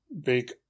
big